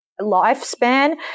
lifespan